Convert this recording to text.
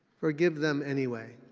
forgive them anyway.